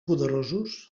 poderosos